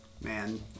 man